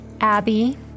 Abby